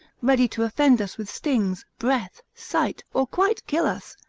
ready to offend us with stings, breath, sight, or quite kill us?